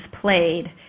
played